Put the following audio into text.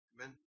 Amen